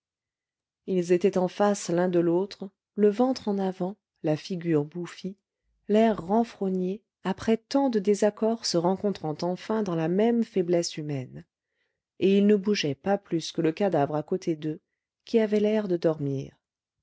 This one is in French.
ils étaient en face l'un de l'autre le ventre en avant la figure bouffie l'air renfrogné après tant de désaccord se rencontrant enfin dans la même faiblesse humaine et ils ne bougeaient pas plus que le cadavre à côté d'eux qui avait l'air de dormir